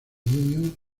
niño